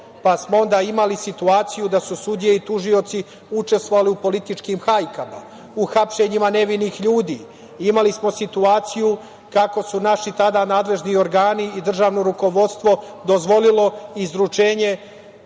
Onda, imali smo situaciju da su sudije i tužioci učestvovali u političkih hajkama, u hapšenjima nevinih ljudi. Imali smo situaciju kako su naši tada nadležni organi i državno rukovodstvo dozvolili izručenje